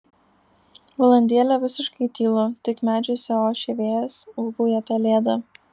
valandėlę visiškai tylu tik medžiuose ošia vėjas ūbauja pelėda